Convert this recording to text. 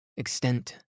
Extent